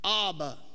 Abba